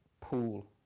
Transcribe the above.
pool